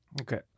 Okay